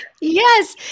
Yes